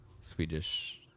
Swedish